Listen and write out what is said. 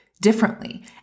differently